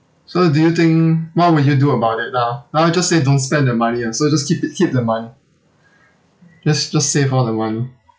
so do you think what would you do about it lah now I'll just say don't spend the money ah so just keep it keep the money just just save all the money